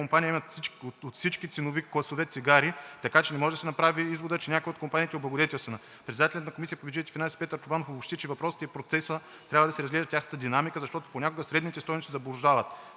компании имат от всеки ценови клас цигари, така че не може да се направи изводът, че някои от компаниите са облагодетелствани. Председателят на Комисията по бюджет и финанси Петър Чобанов обобщи, че въпросите и процесът трябва да се разглеждат в тяхната динамика, защото понякога средните стойности заблуждават.